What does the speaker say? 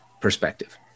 perspective